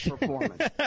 performance